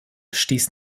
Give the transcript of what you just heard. stieß